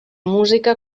música